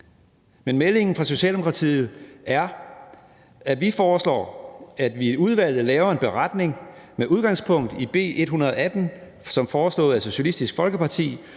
Men meldingen fra Socialdemokratiet er, at vi foreslår, at vi i udvalget laver en beretning med udgangspunkt i B 118 som foreslået af Socialistisk Folkeparti,